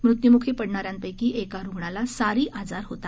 मृत्युमुखी पडणाऱ्यांपैकी एका रुग्णाला सारी आजार होता